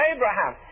Abraham